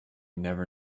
never